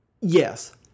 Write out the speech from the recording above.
yes